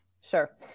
Sure